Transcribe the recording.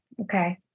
okay